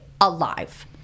alive